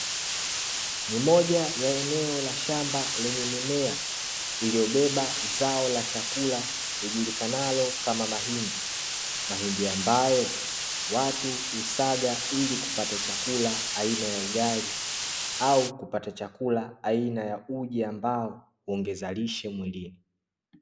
Moja ya eneo la shamba, lenye mimea iliyobeba zao la chakula ijulikanalo kama mahindi. Mahindi ambayo watu husaga ili kupata chakula aina ya ugali au kupata chakula aina ya uji ambao ungezalishe mwilini.